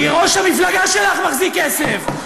כי ראש המפלגה שלך מחזיק כסף,